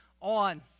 on